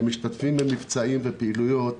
שמשתתפים במבצעים ובפעילויות